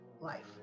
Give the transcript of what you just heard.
life